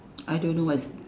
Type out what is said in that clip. I don't know what's